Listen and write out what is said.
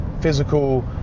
physical